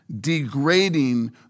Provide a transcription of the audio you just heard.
degrading